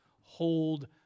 hold